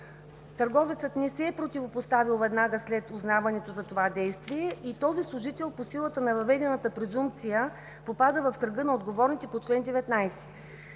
търговецът не се е противопоставил веднага след узнаването за това действие и този служител по силата на въведената презумпция попада в кръга на отговорните по чл. 19.